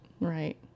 right